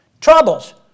troubles